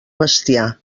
bestiar